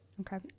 Okay